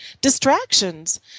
distractions